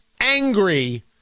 angry